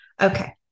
Okay